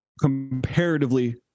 comparatively